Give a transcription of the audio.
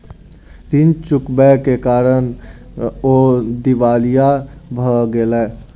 ऋण चुकबै के कारण ओ दिवालिया भ गेला